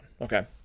Okay